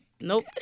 Nope